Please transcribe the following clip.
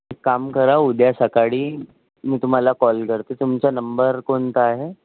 एक काम करा उद्या सकाळी मी तुम्हाला कॉल करते तुमचा नंबर कोणता आहे